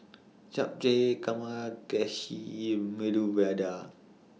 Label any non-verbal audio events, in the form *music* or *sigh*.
Japchae *unintelligible* Medu Vada